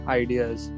ideas